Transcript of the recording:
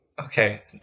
okay